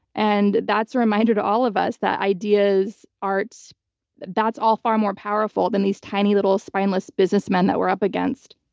and that's a reminder to all of us that ideas, arts that's all far more powerful than these tiny little spineless businessmen that we're up against.